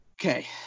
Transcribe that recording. okay